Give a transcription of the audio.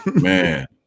man